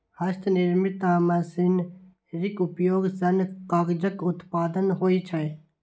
हस्तनिर्मित आ मशीनरीक उपयोग सं कागजक उत्पादन होइ छै